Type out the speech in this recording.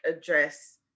address